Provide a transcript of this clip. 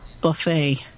buffet